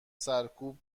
سرکوب